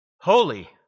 holy